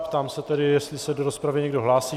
Ptám se tedy, jestli se do rozpravy někdo hlásí.